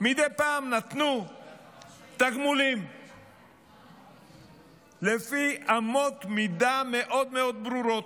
מדי פעם נתנו תגמולים לפי אמות מידה מאוד מאוד ברורות,